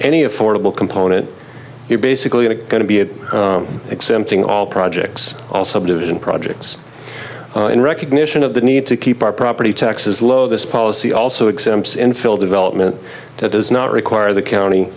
any affordable component you're basically going to be exempting all projects all subdivision projects in recognition of the need to keep our property taxes low this policy also exempts infill development does not require the county